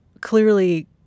clearly